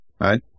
right